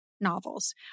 novels